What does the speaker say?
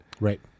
Right